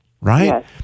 right